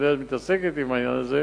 אני יודע שהיא מתעסקת עם העניין הזה,